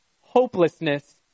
hopelessness